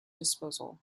disposal